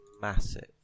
massive